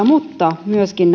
mutta myöskin